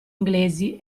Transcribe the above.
inglesi